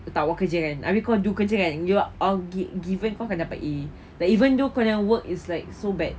tak buat kerja kan I mean kau do kerja yang you are given kau boleh dapat A even though gonna work is like so bad